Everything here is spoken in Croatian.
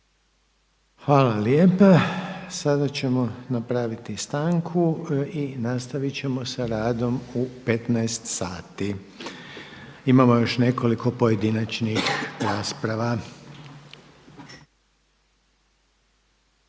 Hvala lijepa. Sada ćemo napraviti stanku i nastavit ćemo sa radom u 15,00 sati. Imamo još nekoliko pojedinačnih rasprava.